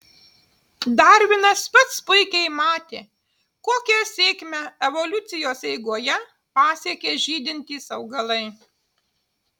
darvinas pats puikiai matė kokią sėkmę evoliucijos eigoje pasiekė žydintys augalai